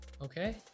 Okay